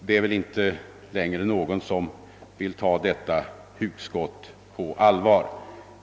— Det är väl inte längre någon som vill ta detta hugskott på allvar.